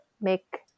make